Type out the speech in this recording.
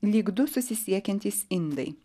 lyg du susisiekiantys indai